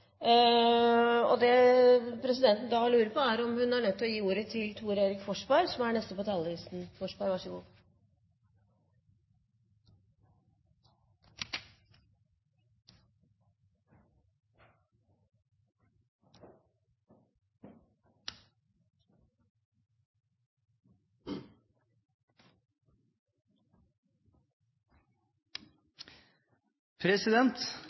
Det presidenten da lurer på, er om hun er nødt til å gi ordet til den neste på talerlisten, som er Thor Erik Forsberg. – Thor Erik Forsberg, vær så god.